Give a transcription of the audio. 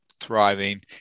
thriving